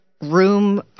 room